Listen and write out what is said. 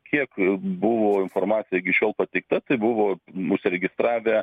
kiek buvo informacija iki šiol pateikta tai buvo užsiregistravę